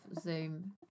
Zoom